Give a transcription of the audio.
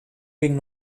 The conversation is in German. ging